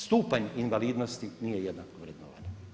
Stupanj invalidnosti nije jednako vrednovan.